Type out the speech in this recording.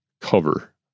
cover